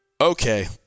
okay